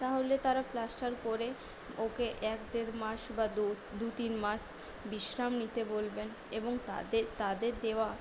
তাহলে তারা প্লাস্টার করে ওকে এক দেড় মাস বা দু দু তিন মাস বিশ্রাম নিতে বলবেন এবং তাদের দেওয়া